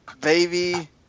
baby